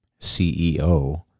CEO